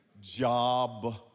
job